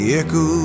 echo